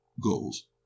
goals